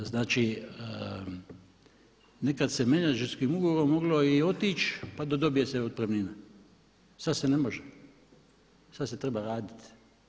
Znači nekad se menadžerskim ugovorom moglo i otići pa da dobije se otpremnina, sad se ne može sad se treba raditi.